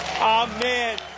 Amen